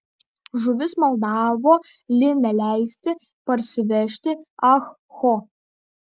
žuvis maldavo li neleisti parsivežti ah ho